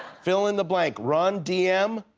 fill in the blank. run dm